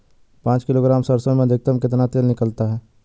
पाँच किलोग्राम सरसों में अधिकतम कितना तेल निकलता है?